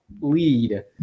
lead